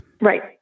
right